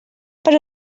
per